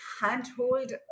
handhold